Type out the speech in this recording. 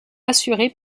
assurée